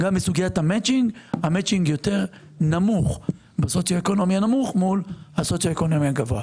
המצ'ינג יותר נמוך בסוציו אקונומי הנמוך מול הסוציו אקונומי הגבוה.